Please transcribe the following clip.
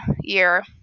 year